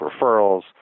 referrals